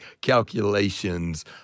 calculations